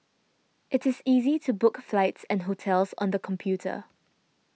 it is easy to book flights and hotels on the computer